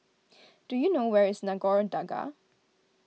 do you know where is Nagore Dargah